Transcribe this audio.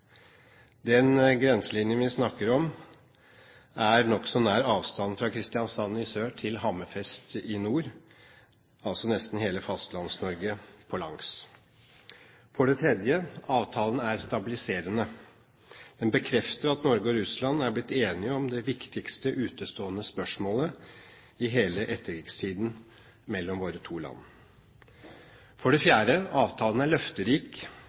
Den grenselinjen vi snakker om, er nokså nær avstanden fra Kristiansand i sør til Hammerfest i nord, altså nesten hele Fastlands-Norge på langs. For det tredje: Avtalen er stabiliserende. Den bekrefter at Norge og Russland er blitt enige om det viktigste utestående spørsmålet mellom våre to land i hele etterkrigstiden. For det fjerde: Avtalen er løfterik.